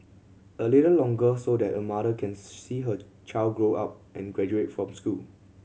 a little longer so that a mother can see her child grow up and graduate from school